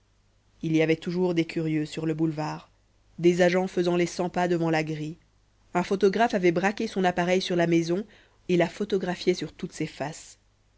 il y avait toujours des curieux sur le boulevard des agents faisant les cent pas devant la grille un photographe avait braqué son appareil sur la maison et la photographiait sur toutes ses faces